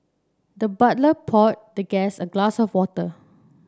the butler poured the guest a glass of water